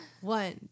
one